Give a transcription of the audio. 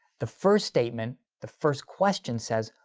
the first statement, the first question says,